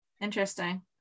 Interesting